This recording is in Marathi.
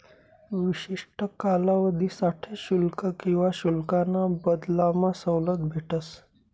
विशिष्ठ कालावधीसाठे शुल्क किवा शुल्काना बदलामा सवलत भेटस